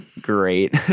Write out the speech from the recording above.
Great